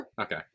Okay